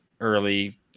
early